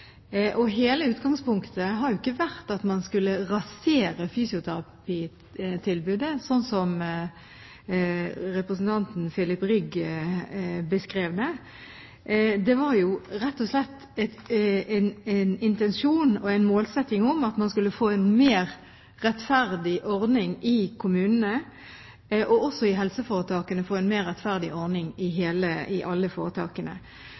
Utgangspunktet har jo ikke vært at man skulle rasere fysioterapitilbudet, sånn som representanten Filip Rygg beskrev det. Det var rett og slett en intensjon og en målsetting om at man skulle få en mer rettferdig ordning i kommunene. Også i alle helseforetakene skulle en få en mer rettferdig ordning.